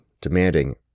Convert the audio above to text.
demanding